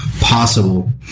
possible